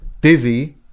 Dizzy